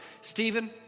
Stephen